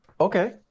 okay